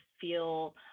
feel